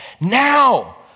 now